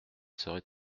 serait